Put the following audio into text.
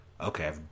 Okay